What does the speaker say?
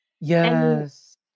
yes